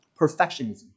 perfectionism